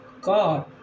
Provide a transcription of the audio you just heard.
God